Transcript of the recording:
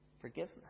forgiveness